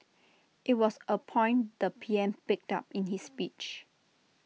IT was A point the P M picked up in his speech